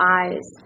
eyes